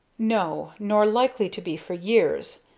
no nor likely to be for years.